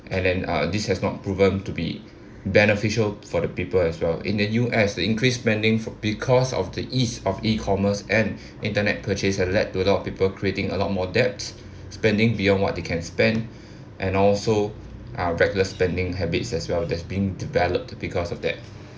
and then uh this has not proven to be beneficial for the people as well in the U_S they increased spending for because of the ease of e commerce and internet purchase and led to a lot of people creating a lot more debts spending beyond what they can spend and also uh reckless spending habits as well that's being developed because of that